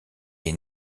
est